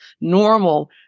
normal